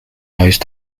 those